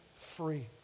free